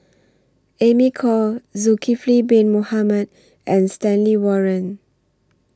Amy Khor Zulkifli Bin Mohamed and Stanley Warren